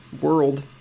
world